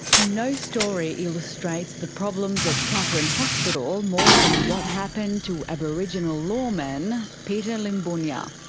no story illustrates the problems at katherine hospital more than what happened to aboriginal lawman peter limbunya.